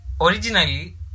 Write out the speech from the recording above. originally